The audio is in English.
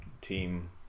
Team